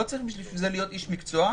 לא צריך בשביל זה להיות איש מקצוע,